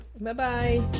Bye-bye